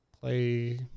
play